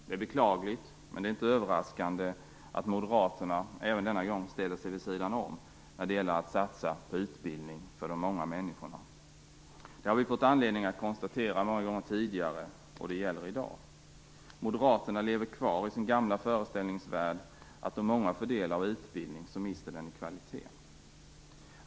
Det är beklagligt, men det är inte överraskande att Moderaterna även denna gång ställer sig vid sidan om när det gäller att satsa på utbildning för de många människorna. Det har vi fått anledning att konstatera många gånger tidigare, och det gäller i dag. Moderaterna lever kvar i sin gamla föreställningsvärld att utbildningen mister i kvalitet om många får del av den.